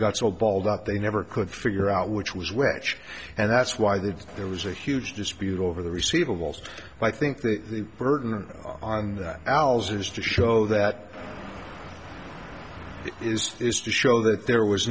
got so balled up they never could figure out which was which and that's why that there was a huge dispute over the receivables i think the burden on the owls is to show that it is is to show that there was